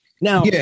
Now